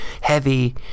heavy